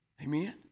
Amen